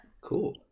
Cool